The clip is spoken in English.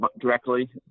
directly